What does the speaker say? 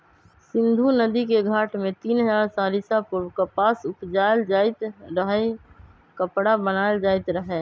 सिंधु नदिके घाट में तीन हजार साल ईसा पूर्व कपास उपजायल जाइत रहै आऽ कपरा बनाएल जाइत रहै